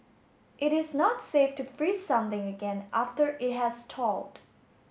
it is not safe to freeze something again after it has thawed